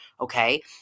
Okay